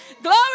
Glory